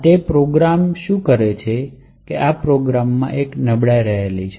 આ તે પ્રોગ્રામ જ કરે છે અને આ પ્રોગ્રામમાં નબળાઈ છે